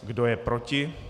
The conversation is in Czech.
Kdo je proti?